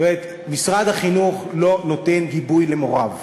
משרד החינוך לא נותן גיבוי למוריו.